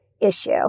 issue